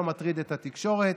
לא מטריד את התקשורת,